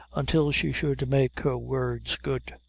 until she should make her words good.